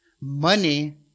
Money